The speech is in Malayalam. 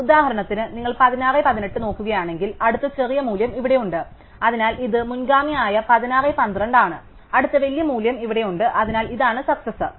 ഉദാഹരണത്തിന് നിങ്ങൾ 1618 നോക്കുകയാണെങ്കിൽ അടുത്ത ചെറിയ മൂല്യം ഇവിടെയുണ്ട് അതിനാൽ ഇത് മുൻഗാമിയായ 1612 ആണ് അടുത്ത വലിയ മൂല്യം ഇവിടെയുണ്ട് അതിനാൽ ഇതാണ് സക്സസാർ